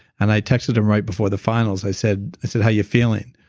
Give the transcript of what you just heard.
and i texted him right before the finals. i said i said, how you feeling?